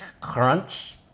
Crunch